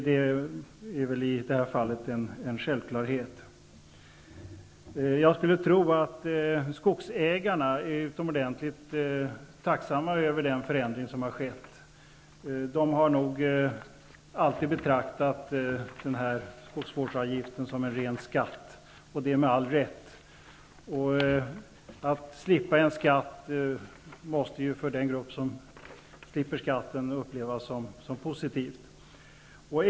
Det är väl i detta fall en självklarhet. Jag skulle tro att skogsägarna är utomordentligt tacksamma över den förändring som skett. De har nog alltid betraktat denna skogsvårdsavgift som en ren skatt och det med all rätt. Att slippa en skatt måste ju för den grupp som slipper skatten upplevas som positivt.